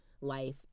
life